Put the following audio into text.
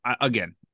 again